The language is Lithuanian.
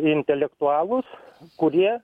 intelektualus kurie